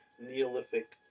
Neolithic